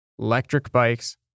electricbikes